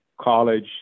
College